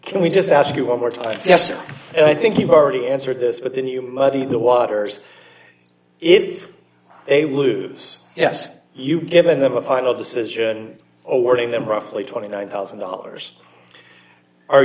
can we just ask you one d more time yes i think you've already answered this but then you muddy the waters if a woos yes you've given them a final decision awarding them roughly twenty nine thousand dollars are